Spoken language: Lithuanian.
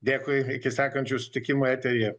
dėkui iki sekančių susitikimų eteryje